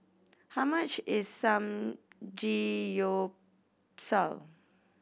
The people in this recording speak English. how much is Samgeyopsal